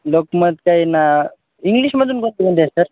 लोकमत काही ना इंग्लिशमधून बत को द्या सर